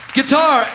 Guitar